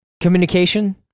Communication